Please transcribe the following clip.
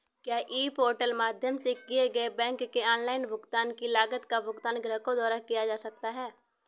क्या e portal के माध्यम से किए गए बैंक के ऑनलाइन भुगतान की लागत का भुगतान ग्राहकों द्वारा किया जाता है?